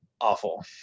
awful